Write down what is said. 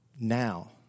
Now